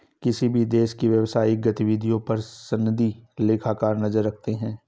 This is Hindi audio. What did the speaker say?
किसी भी देश की व्यवसायिक गतिविधियों पर सनदी लेखाकार नजर रखते हैं